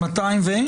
רוויזיה.